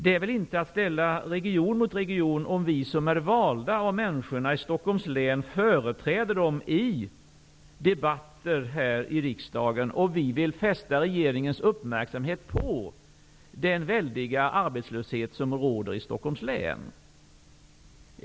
Det är inte att ställa region mot region om vi som är valda av människorna i Stockholms län företräder dem i debatter här i riksdagen. Och vi vill fästa regeringens uppmärksamhet på den väldiga arbetslöshet som råder i Stockholms län.